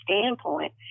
standpoint